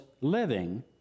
living